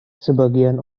sebagian